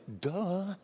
duh